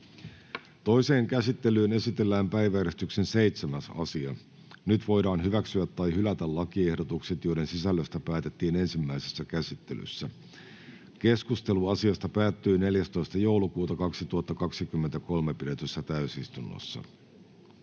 Toiseen käsittelyyn esitellään päiväjärjestyksen 7. asia. Nyt voidaan hyväksyä tai hylätä lakiehdotukset, joiden sisällöstä päätettiin ensimmäisessä käsittelyssä. Keskustelu asiasta päättyi 14.12.2023 pidetyssä täysistunnossa.